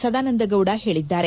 ಸದಾನಂದ ಗೌಡ ಹೇಳಿದ್ದಾರೆ